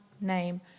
name